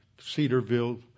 Cedarville